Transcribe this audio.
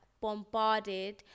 bombarded